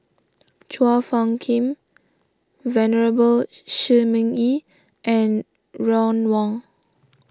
Chua Phung Kim Venerable Shi Ming Yi and Ron Wong